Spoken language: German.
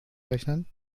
rechnen